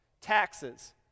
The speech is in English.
taxes